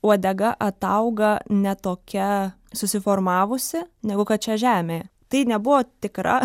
uodega atauga ne tokia susiformavusi negu kad čia žemė tai nebuvo tikra